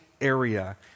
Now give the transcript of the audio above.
area